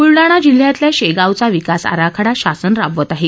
ब्लढाणा जिल्ह्यातल्या शेगांवचा विकास आराखडा शासन राबवित आहे